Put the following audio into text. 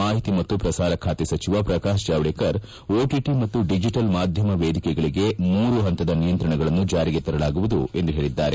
ಮಾಹಿತಿ ಮತ್ತು ಪ್ರಸಾರ ಖಾತೆ ಸಚಿವ ಪ್ರಕಾಶ್ ಜಾವಡೇಕರ್ ಓಟಿಟಿ ಮತ್ತು ಡಿಜಿಟಲ್ ಮಾಧ್ಯಮ ವೇದಿಕೆಗಳಿಗೆ ಮೂರು ಹಂತದ ನಿಯಂತ್ರಣವನ್ನು ಜಾರಿಗೆ ತರಲಾಗುವುದು ಎಂದು ಹೇಳಿದ್ದಾರೆ